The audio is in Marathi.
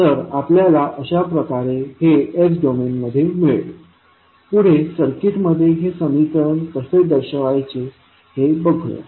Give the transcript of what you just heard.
तर आपल्याला अशा प्रकारे हे s डोमेनमध्ये मिळेल पुढे सर्किटमध्ये हे समीकरण कसे दर्शवायचे हे बघूया